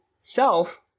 self